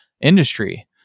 industry